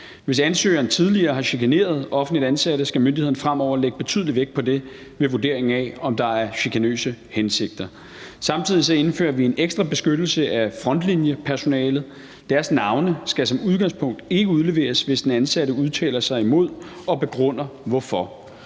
Hvis ansøgeren tidligere har chikaneret offentligt ansatte, skal myndighederne fremover lægge betydelig vægt på det ved vurderingen af, om der er chikanøse hensigter. Samtidig indfører vi en ekstra beskyttelse af frontlinjepersonalet. Deres navne skal som udgangspunkt ikke udleveres, hvis den ansatte udtaler sig imod og begrunder hvorfor.